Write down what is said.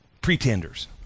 pretenders